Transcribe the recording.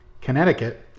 connecticut